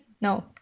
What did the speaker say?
no